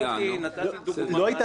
אין תקנת